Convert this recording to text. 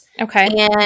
Okay